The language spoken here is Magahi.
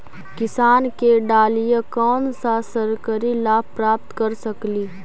किसान के डालीय कोन सा सरकरी लाभ प्राप्त कर सकली?